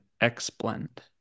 X-Blend